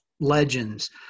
legends